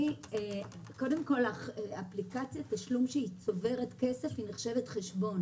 קודם כל אפליקציית תשלום שהיא צוברת כסף היא נחשבת חשבון